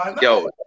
Yo